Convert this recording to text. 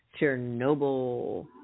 chernobyl